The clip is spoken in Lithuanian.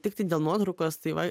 tiktai dėl nuotraukos tai va